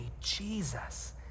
Jesus